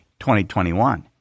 2021